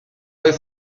apeló